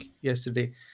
yesterday